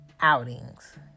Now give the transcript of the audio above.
outings